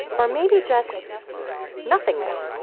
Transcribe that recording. or maybe just nothingness?